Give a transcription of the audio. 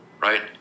right